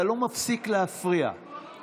אתה לא מפסיק להפריע,